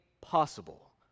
possible